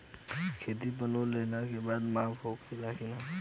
खेती पर लोन लेला के बाद माफ़ होला की ना?